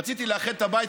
רציתי לאחד את הבית,